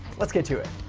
let's get to it.